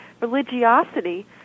religiosity